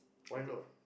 why not